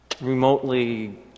remotely